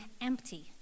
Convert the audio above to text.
empty